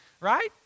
right